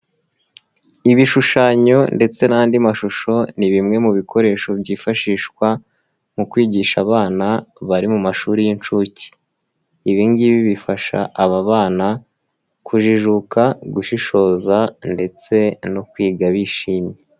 Ibishushanyo ndetse n'andi mashusho ni bimwe mu bikoresho byifashishwa mu kwigisha abana bari mu mashuri y'incuke, ibi ngibi bifasha aba bana kujijuka, gushishoza ndetse no kwiga bishimye.